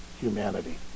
humanity